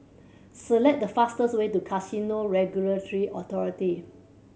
select the fastest way to Casino Regulatory Authority